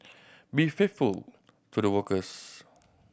be faithful to the workers